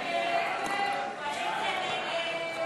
בתי-חולים ממשלתיים,